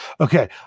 Okay